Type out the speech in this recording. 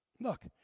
Look